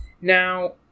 Now